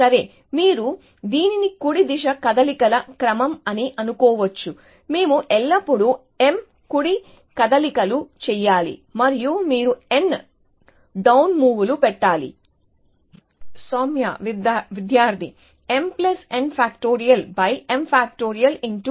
సరే మీరు దీనిని కుడి దిశ కదలికల క్రమం అని అనుకోవచ్చు మేము ఎల్లప్పుడూ m కుడి కదలికలు చేయాలి మరియు మీరు n డౌన్ మూవ్లు పెట్టాలి Soumya విద్యార్థి mn